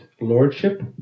Lordship